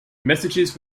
messages